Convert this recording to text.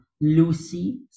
Lucy